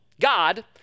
God